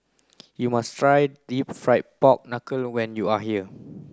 you must try deep fried pork knuckle when you are here